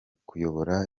kuyobora